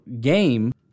game